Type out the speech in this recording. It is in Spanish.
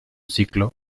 ciclo